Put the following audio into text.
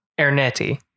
Ernetti